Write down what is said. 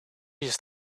just